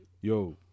Yo